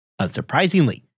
Unsurprisingly